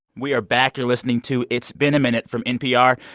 we are back. you're listening to it's been a minute from npr,